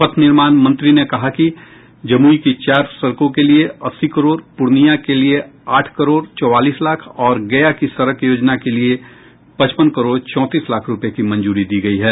पथ निर्माण मंत्री ने कहा कि जमुई की चार सड़कों के लिये अस्सी करोड़ पूर्णिया के लिये आठ करोड़ चौवालीस लाख और गया की सड़क योजना के लिये पचपन करोड़ चौंतीस लाख रूपये की मंजूरी दी गई है